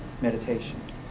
meditation